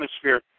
atmosphere